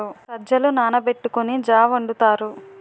సజ్జలు నానబెట్టుకొని జా వొండుతారు